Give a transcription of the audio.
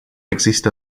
există